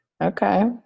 Okay